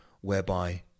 whereby